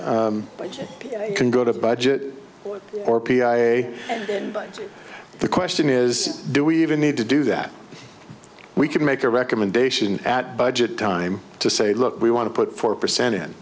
you can go to budget or p so the question is do we even need to do that we can make a recommendation at budget time to say look we want to put four percent in